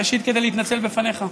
ראשית כדי להתנצל בפניך.